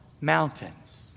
mountains